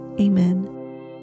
Amen